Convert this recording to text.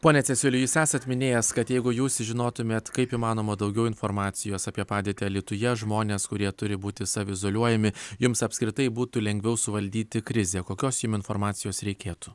pone cesiuli jūs esat minėjęs kad jeigu jūs žinotumėt kaip įmanoma daugiau informacijos apie padėtį alytuje žmonės kurie turi būti saviizoliuojami jums apskritai būtų lengviau suvaldyti krizę kokios jum informacijos reikėtų